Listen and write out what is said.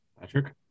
Patrick